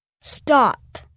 Stop